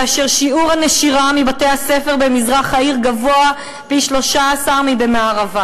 כאשר שיעור הנשירה מבתי-הספר במזרח העיר גבוה פי-13 מבמערבה?